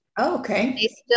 okay